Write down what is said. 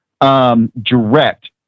direct